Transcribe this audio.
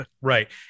Right